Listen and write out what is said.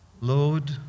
Lord